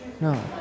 No